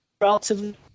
relatively